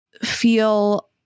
feel